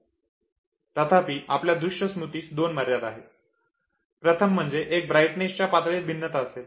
तथापि आपल्या दृश्य स्मृतीस दोन मर्यादा आहेत प्रथम म्हणजे जर ब्राइटनेस च्या पातळीत भिन्नता असेल